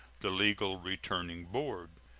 the legal returning board.